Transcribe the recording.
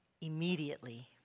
immediately